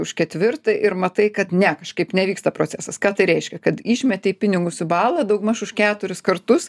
už ketvirtą ir matai kad ne kažkaip nevyksta procesas ką tai reiškia kad išmetei pinigus į balą daugmaž už keturis kartus